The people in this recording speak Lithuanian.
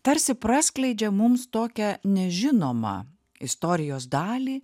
tarsi praskleidžia mums tokią nežinomą istorijos dalį